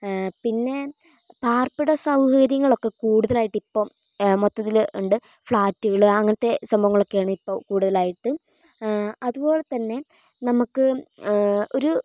പിന്നെ പാർപ്പിട സൗകര്യങ്ങളൊക്കെ കുടുതലായിട്ടിപ്പം മൊത്തത്തിൽ ഉണ്ട് ഫ്ലാറ്റുകൾ അങ്ങനത്തെ സംഭവങ്ങളൊക്കെയാണ് ഇപ്പോൾ കുടുതലായിട്ട് അതുപോലെത്തന്നെ നമ്മൾക്ക് ഒരു